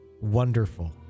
wonderful